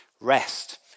Rest